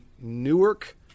Newark